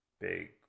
big